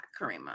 Karima